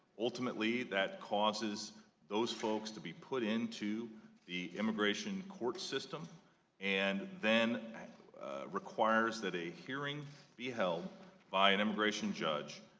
ultimately, that causes those folks to be put in the immigration court system and then requires that a hearing be held by an immigration judge